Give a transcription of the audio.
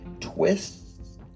twists